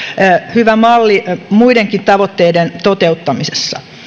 hyvä malli muidenkin tavoitteiden toteuttamisessa